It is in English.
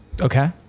Okay